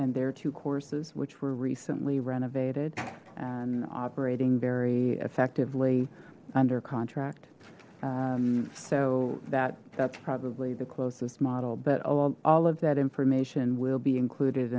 and there are two courses which were recently renovated and operating very effectively under contract so that that's probably the closest model but all of that information will be included